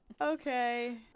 Okay